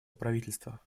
правительства